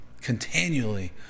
continually